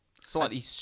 Slightly